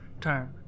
turn